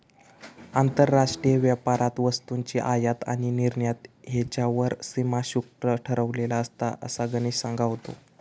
आंतरराष्ट्रीय व्यापारात वस्तूंची आयात आणि निर्यात ह्येच्यावर सीमा शुल्क ठरवलेला असता, असा गणेश सांगा होतो